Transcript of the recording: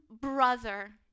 brother